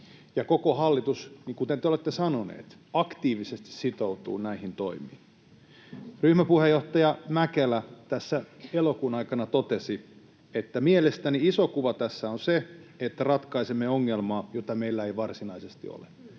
koko hallitus, kuten te olette sanoneet, aktiivisesti sitoutuu näihin toimiin? Ryhmäpuheenjohtaja Mäkelä tässä elokuun aikana totesi, että ”mielestäni iso kuva tässä on se, että ratkaisemme ongelmaa, jota meillä ei varsinaisesti ole”.